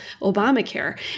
Obamacare